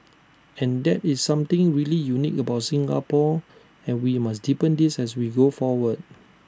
and that is something really unique about Singapore and we must deepen this as we go forward